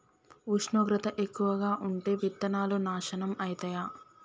ఉష్ణోగ్రత ఎక్కువగా ఉంటే విత్తనాలు నాశనం ఐతయా?